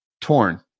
Torn